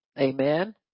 Amen